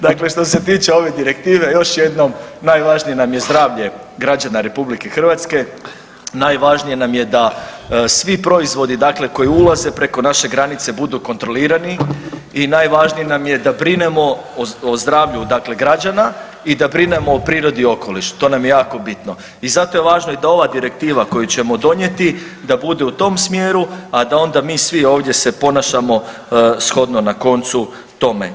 Dakle, što se tiče ove direktive, još jednom najvažnije nam je zdravlje građana RH, najvažnije nam je da svi proizvodi dakle koji ulaze preko naše granice budu kontrolirani i najvažnije nam je da brinemo o zdravlju dakle građana i da brinemo o prirodi okoliša to nam je jako bitno i zato je važno da i ova Direktiva koju ćemo donijeti da bude u tom smjeru, a da onda mi svi ovdje se ponašamo shodno na koncu tome.